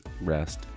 rest